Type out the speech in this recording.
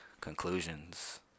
conclusions